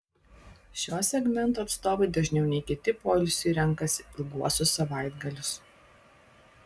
šio segmento atstovai dažniau nei kiti poilsiui renkasi ilguosius savaitgalius